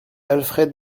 alfred